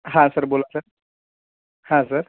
हा सर बोला सर हा सर